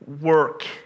work